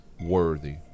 worthy